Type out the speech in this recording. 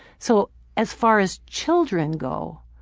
so as far as children go,